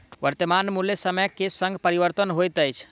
वर्त्तमान मूल्य समय के संग परिवर्तित होइत अछि